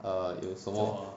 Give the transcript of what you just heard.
err 有什么